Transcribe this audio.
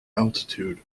altitude